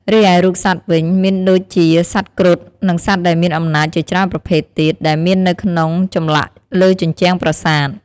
រីឯរូបសត្វវិញ មានដូចជាសត្វគ្រុត និងសត្វដែលមានអំណោចជាច្រើនប្រភេទទៀត ដែលមាននៅនៅក្នុងចម្លាក់លើជញ្ជាំងប្រាសាទ។